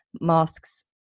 masks